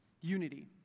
Unity